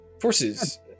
forces